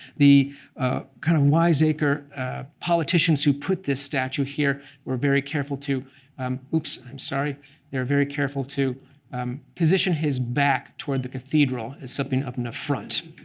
the kind of wiseacre politicians who put this statue here were very careful to oops, i'm sorry they were very careful to position his back toward the cathedral as something of an affront.